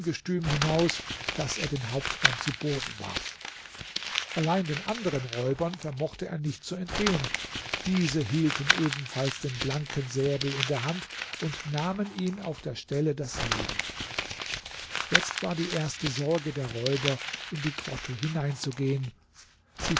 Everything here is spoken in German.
ungestüm hinaus daß er den hauptmann zu boden warf allein den anderen räubern vermochte er nicht zu entgehen diese hielten ebenfalls den blanken säbel in der hand und nahmen ihm auf der stelle das leben jetzt war die erste sorge der räuber in die grotte hineinzugehen